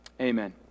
amen